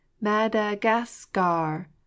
Madagascar